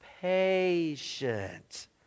patient